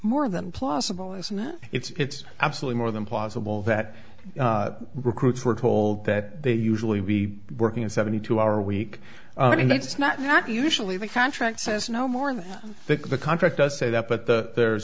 more than plausible isn't that it's absolutely more than plausible that recruits were told that they usually be working at seventy two hour a week i mean that's not not usually the contract says no more of the contract does say that but the